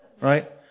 right